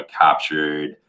captured